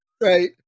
right